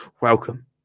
Welcome